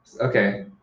Okay